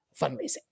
fundraising